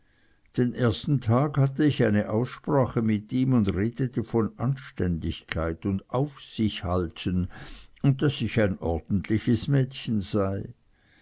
den ersten tag hatte ich eine aussprache mit ihm und redete von anständigkeit und auf sich halten und daß ich ein ordentliches mädchen sei